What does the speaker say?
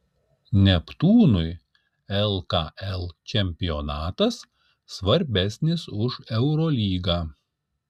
neptūnui lkl čempionatas svarbesnis už eurolygą